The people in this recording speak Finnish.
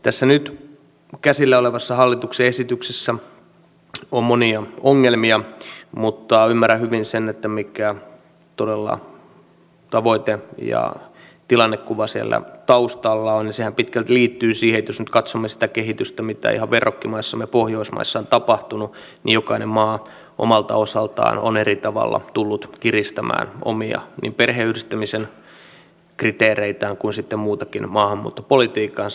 tässä nyt käsillä olevassa hallituksen esityksessä on monia ongelmia mutta ymmärrän hyvin sen mikä tavoite ja tilannekuva todella siellä taustalla on ja sehän pitkälti liittyy siihen että jos nyt katsomme sitä kehitystä mitä verrokkimaissamme pohjoismaissa on tapahtunut niin jokainen maa omalta osaltaan on eri tavalla tullut kiristämään omia niin perheenyhdistämisen kriteereitään kuin sitten muutakin maahanmuuttopolitiikkaansa